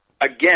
again